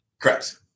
Correct